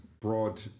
broad